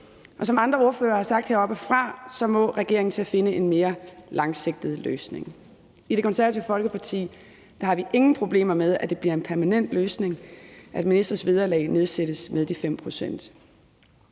og som andre ordførere har sagt heroppefra, må regeringen til at finde en mere langsigtet løsning. I Det Konservative Folkeparti har vi ingen problemer med, at det bliver en permanent løsning, at ministres vederlag nedsættes med de 5 pct.